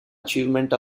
achievement